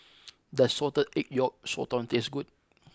does Salted Egg Yolk Sotong taste good